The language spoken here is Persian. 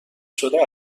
شده